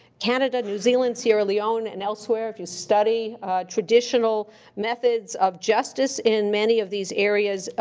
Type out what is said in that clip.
canada, new zealand, sierra leone, and elsewhere if you study traditional methods of justice in many of these areas,